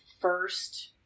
first